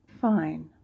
fine